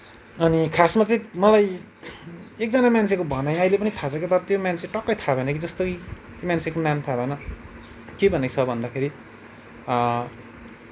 अनि खासमा चाहिँ मलाई एकजना मान्छेको भनाइ अहिले पनि थाहा छ के तर त्यो मान्छे टक्कै थाहा भएन कि जस्तै त्यो मान्छेको नाम थाहा भएन के भनेको छ भन्दाखेरि